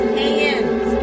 hands